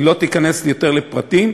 היא לא תיכנס יותר לפרטים,